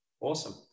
Awesome